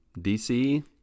DC